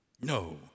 No